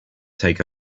take